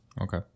Okay